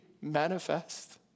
manifest